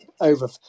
over